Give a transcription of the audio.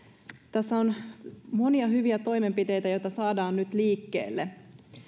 tässä on monia hyviä toimenpiteitä joita saadaan nyt liikkeelle